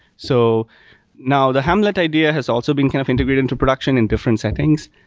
so now the hamlet idea has also been kind of integrated into production in different settings.